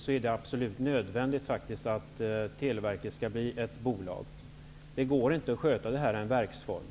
Det har jag förstått när jag har talat med Tony Hagström när han varit i utskottet. Det går inte att sköta detta i verksform.